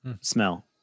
smell